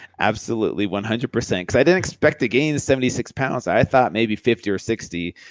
absolutely one hundred percent. because i didn't expect to gain the seventy six pounds. i thought maybe fifty or sixty.